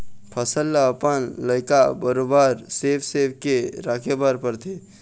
फसल ल अपन लइका बरोबर सेव सेव के राखे बर परथे